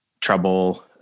trouble